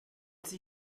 sie